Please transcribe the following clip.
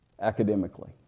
academically